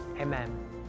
Amen